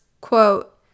quote